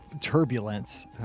turbulence